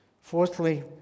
Fourthly